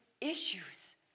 issues